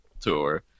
tour